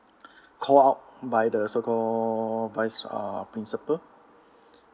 call out by the so called vice uh principal